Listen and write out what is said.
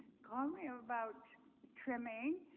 um him about trimming,